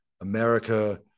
America